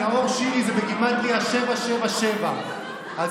כי נאור שירי בגימטרייה זה 777. אז